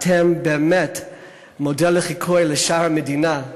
אתם באמת מודל לחיקוי לשאר המדינה,